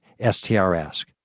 STRask